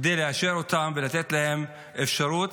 כדי לאשר אותן ולתת להן אפשרות